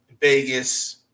Vegas